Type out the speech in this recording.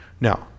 Now